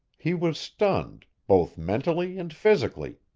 he was stunned, both mentally and physically.